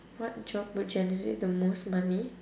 what job would generate the most money